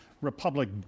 Republic